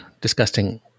Disgusting